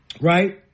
Right